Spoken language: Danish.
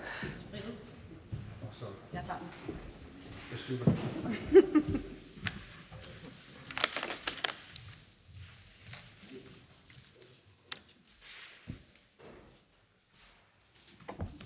Jeg taler med